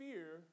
Fear